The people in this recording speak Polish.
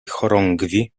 chorągwi